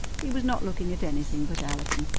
he was not looking at anything but allison,